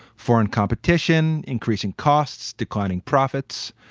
foreign competition, increasing costs, declining profits,